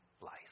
life